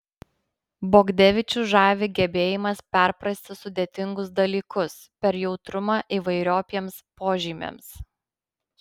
bogdevičių žavi gebėjimas perprasti sudėtingus dalykus per jautrumą įvairiopiems požymiams